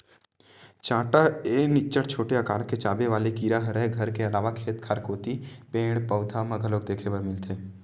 चाटा ए निच्चट छोटे अकार के चाबे वाले कीरा हरय घर के अलावा खेत खार कोती पेड़, पउधा म घलोक देखे बर मिलथे